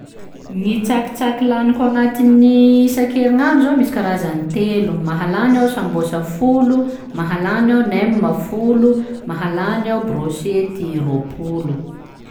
Ny tsakitsaky laniko agnatiny isan-kerinandro zao misy karazany telo: mahalany aho sambôsa folo, mahalany aho nem folo, mahalany aho brôchety roa-polo.